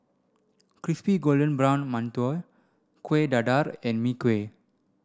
crispy golden brown mantou Kueh Dadar and Mee Kuah